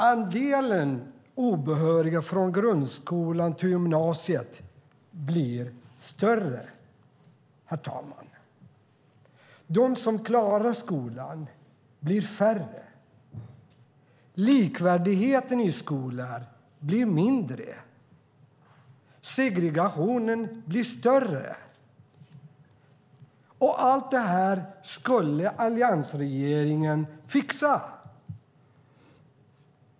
Andelen obehöriga från grundskolan till gymnasiet blir större. De som klarar skolan blir färre. Likvärdigheten i skolan blir mindre. Segregationen blir större. Och allt detta skulle alliansregeringen fixa!